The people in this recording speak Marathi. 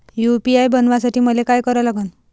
यू.पी.आय बनवासाठी मले काय करा लागन?